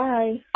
Bye